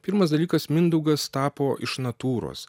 pirmas dalykas mindaugas tapo iš natūros